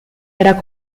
era